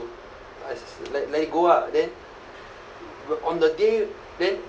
l~ let it go ah then on the day then